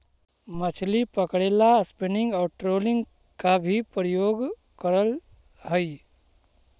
मछली पकड़े ला स्पिनिंग और ट्रोलिंग का भी प्रयोग करल हई